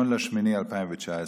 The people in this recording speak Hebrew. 1 באוגוסט 2019,